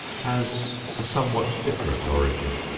has a somewhat different origin.